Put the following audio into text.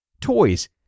Toys